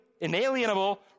inalienable